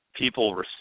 people